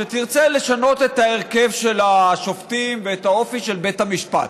שתרצה לשנות את ההרכב של השופטים ואת האופי של בית המשפט,